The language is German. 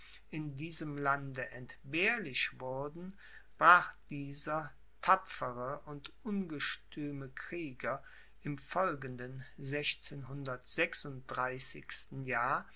in diesem lande entbehrlich wurden brach dieser tapfere und ungestüme krieger im folgenden jahr